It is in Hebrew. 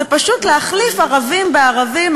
זה פשוט להחליף ערבים בערבים,